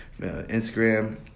instagram